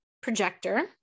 projector